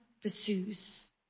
pursues